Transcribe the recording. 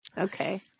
Okay